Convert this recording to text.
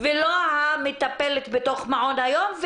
ולא המטפלת בתוך מעון היום,